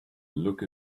look